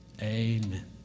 Amen